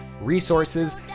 resources